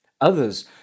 Others